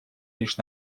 лишь